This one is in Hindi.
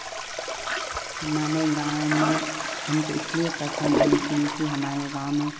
हमारे गाँव में हमको इसलिए पसंद हैं क्योंकि हमारे गाँव में